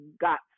got